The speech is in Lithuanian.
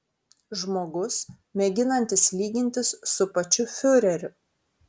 žmogus mėginantis lygintis su pačiu fiureriu